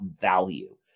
value